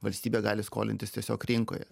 valstybė gali skolintis tiesiog rinkoje